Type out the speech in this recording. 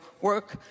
work